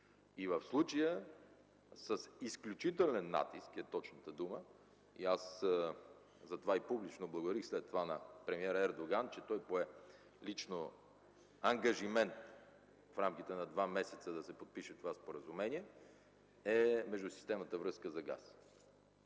В случая с изключителен натиск, е точната дума – затова публично благодарих на премиера Ердоган, че той лично пое ангажимент в рамките на два месеца да се подпише това споразумение – междусистемната връзка за газ.